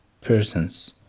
persons